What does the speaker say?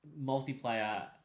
multiplayer